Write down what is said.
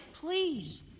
please